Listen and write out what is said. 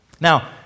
now